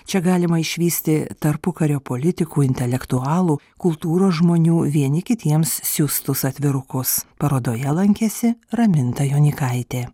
čia galima išvysti tarpukario politikų intelektualų kultūros žmonių vieni kitiems siųstus atvirukus parodoje lankėsi raminta jonykaitė